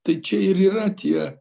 tai čia ir yra tie